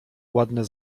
ładne